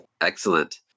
Excellent